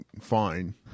fine